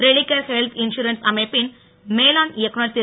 Religare health insurance அமைப்பின் மேலாண் இயக்குநர் திரு